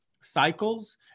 cycles